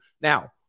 Now